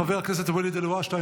חבר הכנסת ואליד אל הואשלה,